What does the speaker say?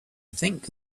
think